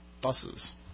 buses